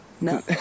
no